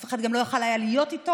אף אחד גם לא יכול היה להיות איתו.